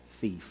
thief